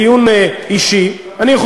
המערך.